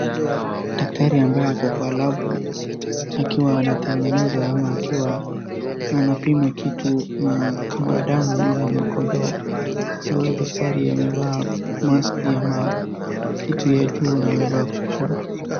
Daktari ambaye ako kwa lab akiwa anatengeneza ama akiwa anapima kitu na kama damu ama makojoo. Sasa huyu daktari amevaa maski ama kitu ya juu na amevaa kombora.